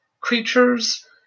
creatures